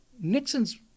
Nixon's